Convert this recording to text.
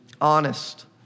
Honest